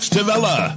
Tavella